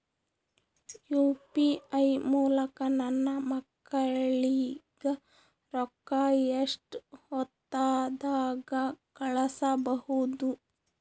UPI ಮೂಲಕ ನನ್ನ ಮಕ್ಕಳಿಗ ರೊಕ್ಕ ಎಷ್ಟ ಹೊತ್ತದಾಗ ಕಳಸಬಹುದು?